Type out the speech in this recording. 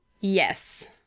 Yes